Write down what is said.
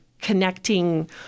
connecting